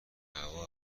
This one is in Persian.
هوا